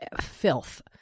filth